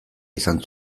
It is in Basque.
izan